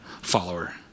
follower